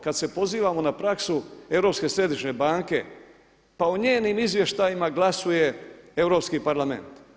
Kad se pozivamo na praksu Europske središnje banke, pa o njenim izvještajima glasuje Europski parlament.